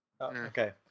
Okay